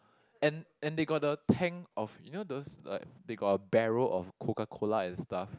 and and they got the tank of you know those like they got a barrow of Coca-Cola and stuff